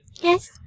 Yes